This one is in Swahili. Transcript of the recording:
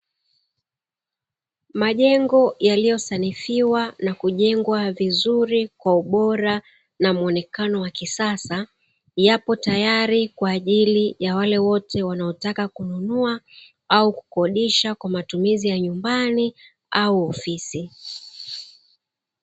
Majengo yaliyosanifiwa na hujengwa vizuri kwa ubora na muonekano wa kisasa, yako tayari kwa ajili ya wale wote wanaotaka kununua au kukodisha kwa matumizi ya nyumbani au ofisi.